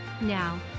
Now